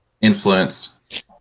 influenced